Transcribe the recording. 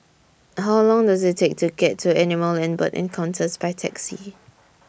How Long Does IT Take to get to Animal and Bird Encounters By Taxi